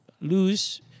lose